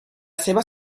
seva